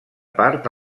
part